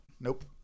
Nope